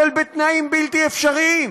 אבל בתנאים בלתי אפשריים.